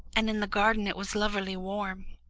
and in the garden it was lovelily warm.